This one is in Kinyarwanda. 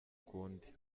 kundi